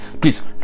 Please